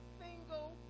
single